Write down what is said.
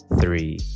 three